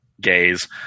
gays